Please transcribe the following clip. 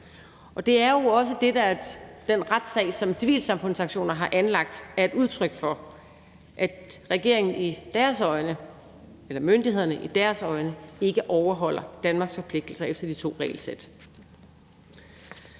Og det er jo også det, som den retssag, som civilsamfundsorganisationer har anlagt, er et udtryk for, altså at myndighederne i deres øjne ikke overholder Danmarks forpligtelser efter de to regelsæt.